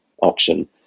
auction